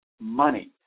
money